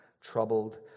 troubled